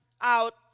out